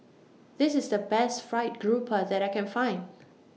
This IS The Best Fried Garoupa that I Can Find